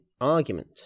argument